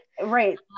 Right